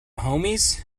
homies